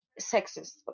sexist